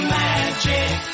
magic